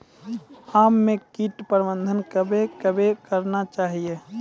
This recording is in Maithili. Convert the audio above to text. आम मे कीट प्रबंधन कबे कबे करना चाहिए?